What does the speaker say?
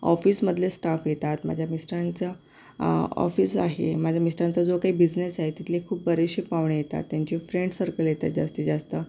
ऑफिसमधले staff येतात माझ्या मिस्टरांच्या ऑफिस आहे माझ्या मिस्टरांचा जो काही बिजनेस आहे तिथले खूप बरेचशे पाहुणे येतात त्यांचे फ्रेंड सर्कल येतात जास्तीत जास्त